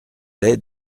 lait